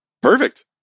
Perfect